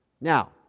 Now